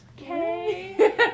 Okay